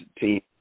team